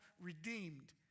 redeemed